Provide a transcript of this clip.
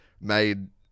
made